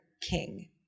king